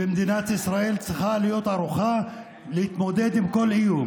ומדינת ישראל צריכה להיות ערוכה להתמודד עם כל איום,